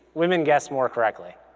women guess more correctly.